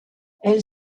elle